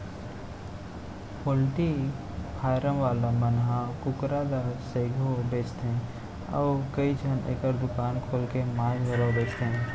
poultry farm वाला मन ह कुकरा ल सइघो बेचथें अउ कइझन एकर दुकान खोल के मांस घलौ बेचथें